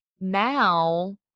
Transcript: now